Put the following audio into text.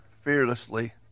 fearlessly